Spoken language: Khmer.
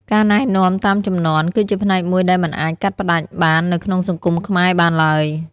ការណែនាំតាមជំនាន់ គឺជាផ្នែកមួយដែលមិនអាចកាត់ផ្តាច់បាននៅក្នុងសង្គមខ្មែរបានឡើយ។